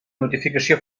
notificació